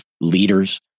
leaders